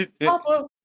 Papa